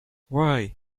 why